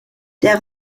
der